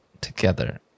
Together